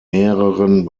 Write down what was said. mehreren